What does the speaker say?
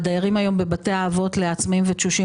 הדיירים בבתי האבות לעצמאיים ותשושים